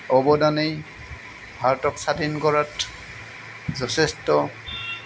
অৱদানেই ভাৰতক স্বাধীন কৰাত যথেষ্ট